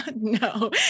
No